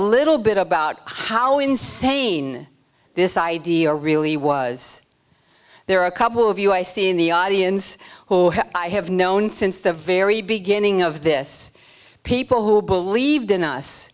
little bit about how insane this idea really was there are a couple of you i see in the audience who i have known since the very beginning of this people who believed in us